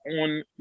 on